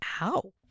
Ow